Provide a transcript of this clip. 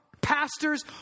Pastors